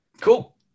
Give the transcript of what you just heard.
Cool